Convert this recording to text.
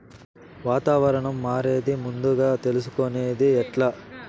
వాతావరణం మారేది ముందుగా తెలుసుకొనేది ఎట్లా?